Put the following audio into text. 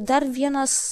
dar vienas